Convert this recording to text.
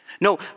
No